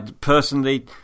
personally